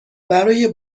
برای